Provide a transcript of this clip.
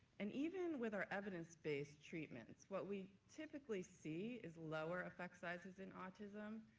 and even with our evidence-based treatments, what we typically see is lower effect sizes in autism,